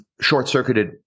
short-circuited